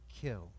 kill